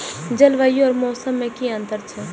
जलवायु और मौसम में कि अंतर छै?